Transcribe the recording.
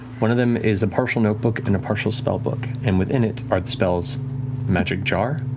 one of them is a partial notebook and a partial spellbook, and within it are the spells magic jar,